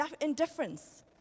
Indifference